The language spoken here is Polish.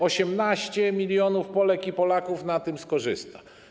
18 mln Polek i Polaków na tym skorzysta.